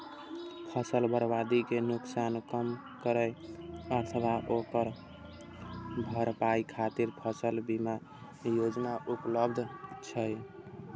फसल बर्बादी के नुकसान कम करै अथवा ओकर भरपाई खातिर फसल बीमा योजना उपलब्ध छै